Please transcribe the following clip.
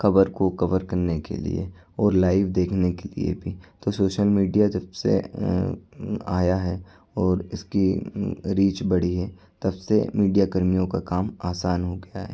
खबर को कवर करने के लिए और लाईव देखने के लिए भी तो सोशल मीडिया जब से आया है और इसकी रीच बढ़ी है तब से मीडिया कर्मियों का काम आसान हो गया है